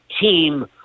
team